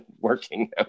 working